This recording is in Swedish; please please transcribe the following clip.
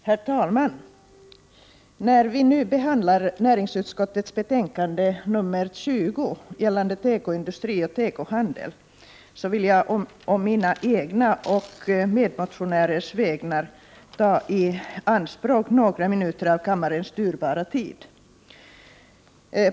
Herr talman! När vi nu behandlar näringsutskottets betänkande nr 20 om tekoindustri och tekohandel, vill jag på mina egna och medmotionärernas vägnar ta i anspråk några minuter av kammarens dyrbara tid.